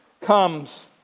comes